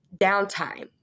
downtime